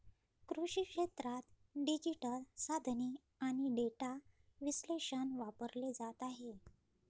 कृषी क्षेत्रात डिजिटल साधने आणि डेटा विश्लेषण वापरले जात आहे